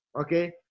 Okay